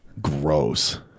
gross